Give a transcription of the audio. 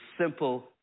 simple